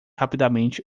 rapidamente